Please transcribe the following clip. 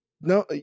no